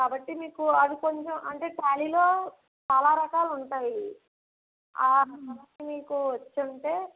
కాబట్టి మీకు అవి కొంచెం అంటే టాలీలో చాలా రకాలు ఉంటాయి ఆ అవి మీకు వచ్చి ఉంటే